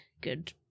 good